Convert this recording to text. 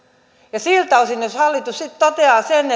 ja siltä osin jos hallitus sitten toteaa sen